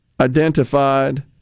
identified